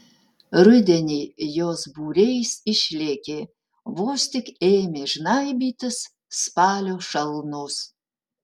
rudenį jos būriais išlėkė vos tik ėmė žnaibytis spalio šalnos